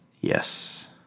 Yes